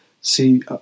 see